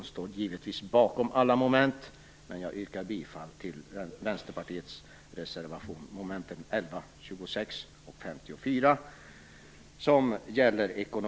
Jag står givetvis bakom den i alla moment men jag yrkar bifall till den under mom. 11, 26 och